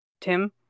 Tim